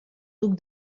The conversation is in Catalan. duc